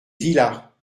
villas